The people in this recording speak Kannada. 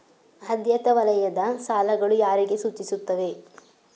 ಆದ್ಯತಾ ವಲಯದ ಸಾಲಗಳು ಯಾರಿಗೆ ಸೂಚಿಸುತ್ತವೆ?